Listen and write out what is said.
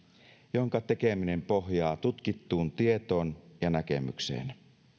jonka tekeminen pohjaa tutkittuun tietoon ja näkemykseen